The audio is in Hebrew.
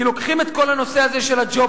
כי לוקחים את כל הנושא הזה של הג'וב